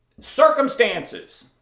circumstances